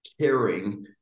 caring